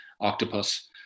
octopus